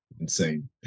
insane